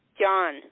John